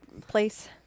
place